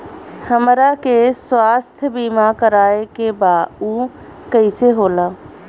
हमरा के स्वास्थ्य बीमा कराए के बा उ कईसे होला?